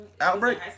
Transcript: Outbreak